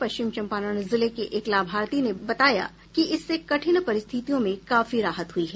पश्चिम चंपारण जिले के एक लाभार्थी ने बताया कि इससे कठिन परिस्थितियों में काफी राहत हुई है